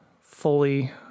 fully